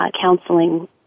counseling